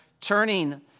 turning